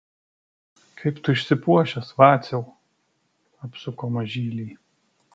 kaip tu išsipuošęs vaciau apsuko mažylį